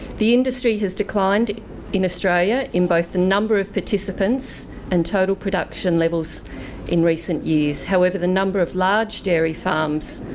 the industry has declined in australia in both the number of participants and total production levels in recent years. however, the number of large dairy farms,